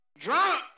Drunk